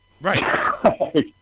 Right